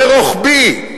ורוחבי.